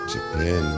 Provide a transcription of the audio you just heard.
Japan